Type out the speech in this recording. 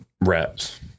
reps